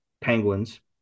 Penguins